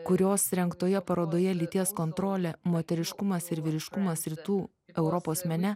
kurios rengtoje parodoje lyties kontrolė moteriškumas ir vyriškumas rytų europos mene